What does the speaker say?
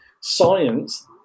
science